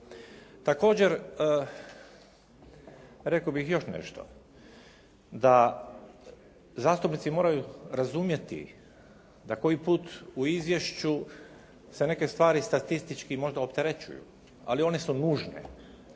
Također, rekao bih još nešto, da zastupnici moraju razumjeti da koji put u izvješću se neke stvari statistički možda opterećuju, ali one su nužne